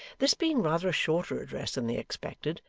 this being rather a shorter address than they expected,